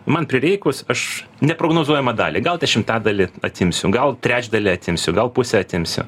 man prireikus aš neprognozuojamą dalį gal dešimtadalį atimsiu gal trečdalį atimsiu gal pusę atimsiu